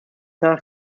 nach